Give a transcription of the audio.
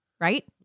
Right